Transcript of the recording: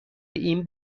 این